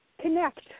connect